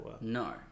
No